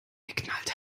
geknallt